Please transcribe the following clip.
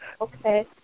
Okay